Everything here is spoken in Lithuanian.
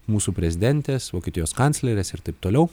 mūsų prezidentės vokietijos kanclerės ir taip toliau